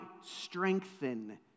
strengthen